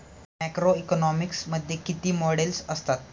Macroeconomics मध्ये किती models असतात?